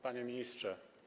Panie Ministrze!